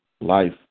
life